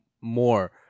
more